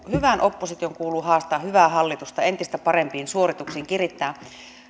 hyvään oppositioon kuuluu haastaa hyvää hallitusta entistä parempiin suorituksiin kirittää